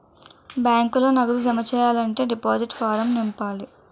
బ్యాంకులో నగదు జమ సెయ్యాలంటే డిపాజిట్ ఫారం నింపాల